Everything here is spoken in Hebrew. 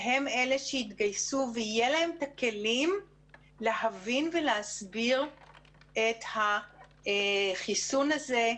שהם אלה שיתגייסו ויהיו להם את הכלים להבין ולהסביר את החיסון הזה,